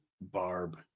Barb